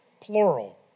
plural